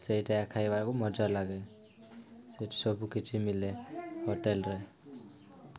ସେଇଟା ଖାଇବାକୁ ମଜା ଲାଗେ ସେଠି ସବୁ କିିଛି ମିଳେ ହୋଟେଲରେ